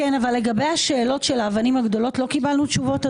אבל לגבי השאלות של האבנים הגדולות לא קיבלנו תשובות,